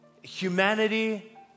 humanity